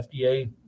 FDA